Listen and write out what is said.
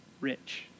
Rich